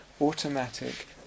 automatic